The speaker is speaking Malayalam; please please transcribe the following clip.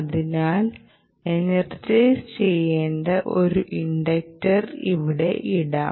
അതിനാൽ എനർജൈസ് ചെയ്യേണ്ട ഒരു ഇൻഡക്റ്റർ ഇവിടെ ഇടാം